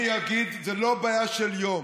אני אגיד: זה לא בעיה של יום,